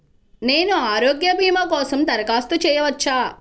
నేను ఆరోగ్య భీమా కోసం దరఖాస్తు చేయవచ్చా?